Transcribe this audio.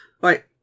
right